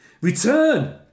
Return